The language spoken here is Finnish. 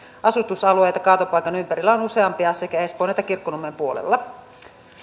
asutusalueita kaatopaikan ympärillä on useampia sekä espoon että kirkkonummen puolella